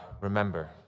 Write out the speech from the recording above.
remember